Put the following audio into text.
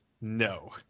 no